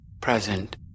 present